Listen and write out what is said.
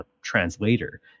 translator